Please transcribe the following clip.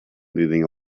moving